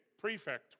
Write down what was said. prefect